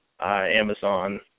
Amazon